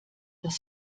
das